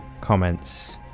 comments